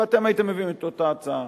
ואתם הייתם מביאים את אותה הצעה.